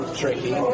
tricky